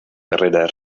carrera